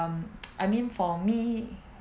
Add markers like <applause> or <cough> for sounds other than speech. um <noise> I mean for me